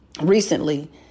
recently